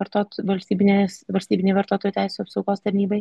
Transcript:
vartotojų valstybinės valstybinei vartotojų teisių apsaugos tarnybai